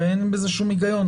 הרי אין בזה שום הגיון.